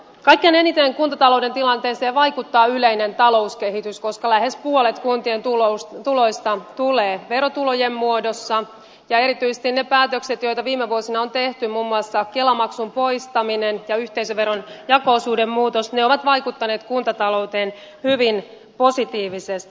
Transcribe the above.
kaikkein eniten kuntatalouden tilanteeseen vaikuttaa yleinen talouskehitys koska lähes puolet kuntien tuloista tulee verotulojen muodossa ja erityisesti ne päätökset joita viime vuosina on tehty muun muassa kelamaksun poistaminen ja yhteisöveron jako osuuden muutos ovat vaikuttaneet kuntatalouteen hyvin positiivisesti